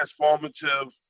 transformative